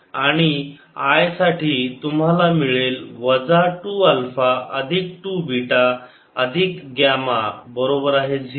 2α3β 1 आणि I साठी तुम्हाला मिळेल वजा 2 अल्फा अधिक 2 बीटा अधिक ग्यामा बरोबर आहे 0